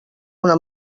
una